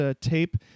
tape